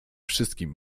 wszystkim